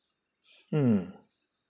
hmm